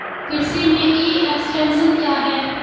कृषि में e extension क्या है?